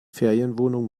ferienwohnung